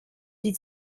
die